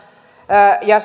ja